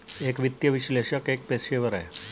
एक वित्तीय विश्लेषक एक पेशेवर है